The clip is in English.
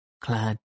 clad